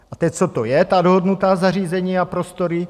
A teď, co to je, ta dohodnutá zařízení a prostory?